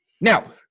Now